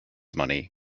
money